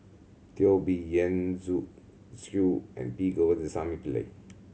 Teo Bee Yen Zhu Xu and P Govindasamy Pillai